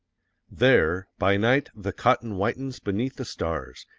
there, by night the cotton whitens beneath the stars,